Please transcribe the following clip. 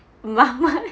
mah~ ma~